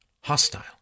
hostile